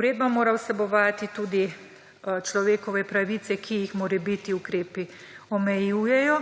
Uredba mora vsebovati tudi človekove pravice, ki jih morebiti ukrepi omejujejo,